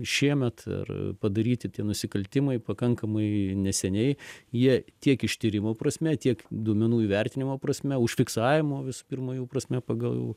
šiemet ar padaryti tie nusikaltimai pakankamai neseniai jie tiek ištyrimo prasme tiek duomenų įvertinimo prasme užfiksavimo visų pirma jų prasme pagal